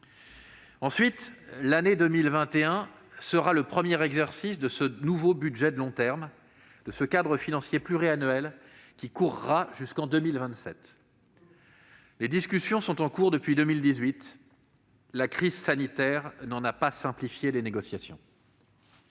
Ensuite, l'année 2021 sera le premier exercice du nouveau budget de long terme, le cadre financier pluriannuel 2021-2027. Les discussions sont en cours depuis 2018, et la crise sanitaire n'a pas simplifié les négociations.